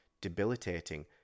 debilitating